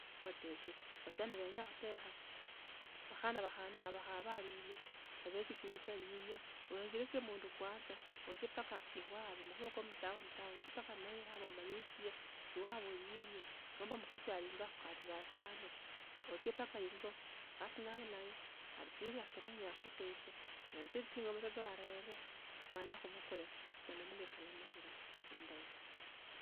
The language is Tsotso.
Khotesie, basiani benya khutekha bakhana bakhana lilye ebekesianga sya lilye oenjelesie mundu kwanza ochie mpaka iwabwe makhuwa ko omutoqn town ochie mpaka iwabwe okhabilisye iwabwe eli irie nomba mkhasi alingi akhukatilisyanga sya ano ochie mpaka ingo mkhasi na alio ali serious yenye khukhutesia mulichi ching'ombe arere mala akhubukule mala mulekhala khuinjila indayi.